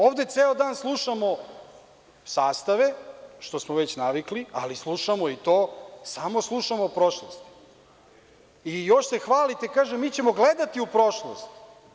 Ovde ceo dan slušamo sastave, što smo već navikli, ali slušamo i to, samo slušamo o prošlosti, i još se hvalite, kaže - mi ćemo gledati u prošlost.